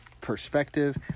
perspective